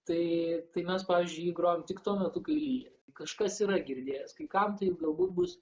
tai tai mes pavyzdžiui jį grojam tik tuo metu kai lyja kažkas yra girdėjęs kai kam tai galbūt bus